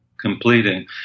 completing